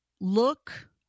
look